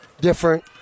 different